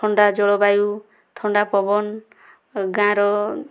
ଥଣ୍ଡା ଜଳ ବାୟୁ ଥଣ୍ଡା ପବନ ଆଉ ଗାଁର